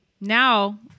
Now